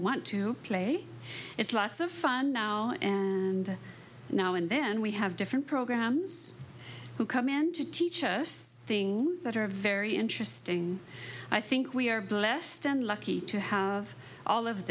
want to play it's lots of fun now and now and then we have different programs who come in to teach us things that are very interesting i think we are blessed and lucky to have all of